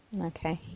Okay